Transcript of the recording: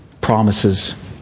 promises